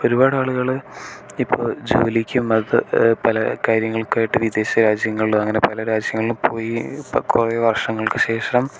ഒരു പാട് ആളുകൾ ഇപ്പോൾ ജോലിക്കും ഒക്കെ പല കാര്യങ്ങൾക്കായിട്ട് വിദേശ രാജ്യങ്ങൾ അങ്ങനെ പല രാജ്യങ്ങളിൽ പോയി ഇപ്പോൾ കുറേ വർഷങ്ങൾക്ക് ശേഷം